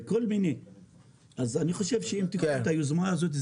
אני חושב שאם תיקחו את היוזמה הזאת,